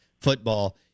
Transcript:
football